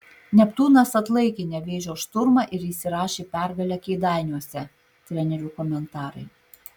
neptūnas atlaikė nevėžio šturmą ir įsirašė pergalę kėdainiuose trenerių komentarai